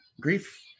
grief